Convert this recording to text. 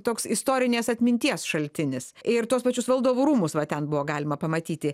toks istorinės atminties šaltinis ir tuos pačius valdovų rūmus va ten buvo galima pamatyti